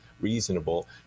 reasonable